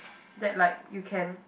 that like you can